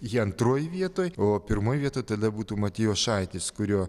ji antroj vietoj o pirmoj vietoj tada būtų matijošaitis kurio